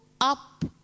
up